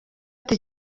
ati